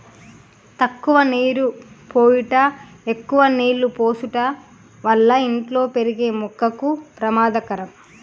తక్కువ నీరు పోయుట ఎక్కువ నీళ్ళు పోసుట వల్ల ఇంట్లో పెరిగే మొక్కకు పెమాదకరం